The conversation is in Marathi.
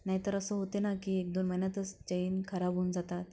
नाहीतर असं होते ना की एक दोन महिन्यातच चैन खराब होऊन जातात